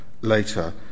later